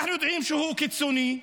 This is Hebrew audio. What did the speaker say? אנחנו יודעים שהוא קיצוני,